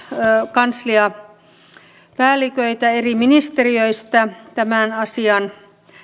kansliapäälliköitä eri ministeriöistä tämän asian